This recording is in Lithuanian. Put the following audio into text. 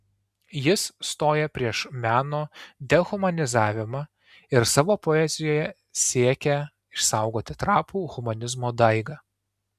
jis stoja prieš meno dehumanizavimą ir savo poezijoje siekia išsaugoti trapų humanizmo daigą